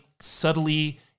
subtly